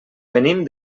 venim